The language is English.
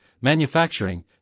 manufacturing